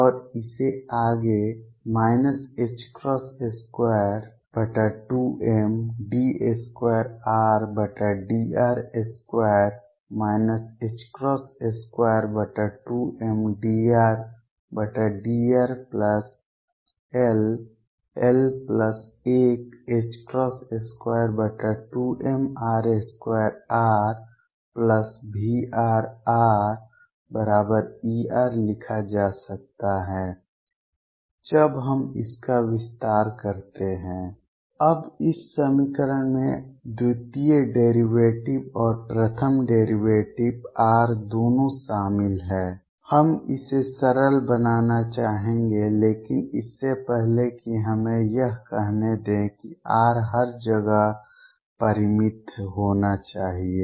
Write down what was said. और इसे आगे 22md2Rdr2 22mdRdrll122mr2RVrRER लिखा जा सकता है जब हम इसका विस्तार करते हैं अब इस समीकरण में द्वितीय डेरीवेटिव और प्रथम डेरीवेटिव r दोनों शामिल हैं हम इसे सरल बनाना चाहेंगे लेकिन इससे पहले हमें यह कहने दें कि R हर जगह परिमित होना चाहिए